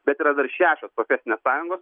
bet yra dar šešios profesinės sąjungos